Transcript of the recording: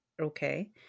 okay